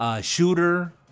shooter